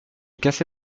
cassé